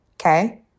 Okay